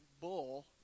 bull